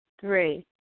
Three